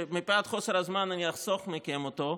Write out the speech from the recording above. שמפאת חוסר הזמן אני אחסוך מכם אותו,